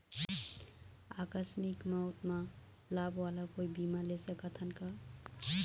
आकस मिक मौत म लाभ वाला कोई बीमा ले सकथन का?